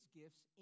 gifts